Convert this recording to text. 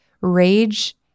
rage